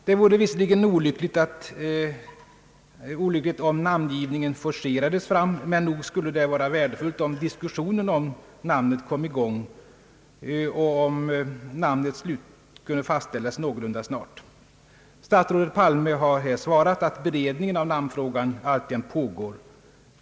Det vore visserligen olyckligt, om namngivningen forcerades fram, men nog skulle det vara värdefullt, om diskussionen kring namnet kom i gång och om namnet kunde fastställas någorlunda snart. Statsrådet Palme har svarat att beredningen av namnfrågan alltjämt pågår.